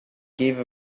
gave